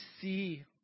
see